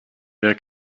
wer